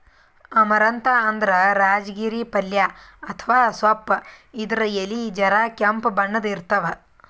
amaranth ಅಂದ್ರ ರಾಜಗಿರಿ ಪಲ್ಯ ಅಥವಾ ಸೊಪ್ಪ್ ಇದ್ರ್ ಎಲಿ ಜರ ಕೆಂಪ್ ಬಣ್ಣದ್ ಇರ್ತವ್